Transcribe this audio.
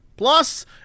Plus